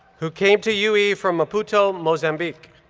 who came to ue ue from maputo, mozambique.